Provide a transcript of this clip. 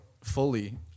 fully